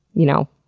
you know,